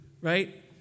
Right